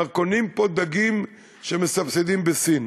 כבר קונים פה דגים שמסבסדים בסין.